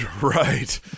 right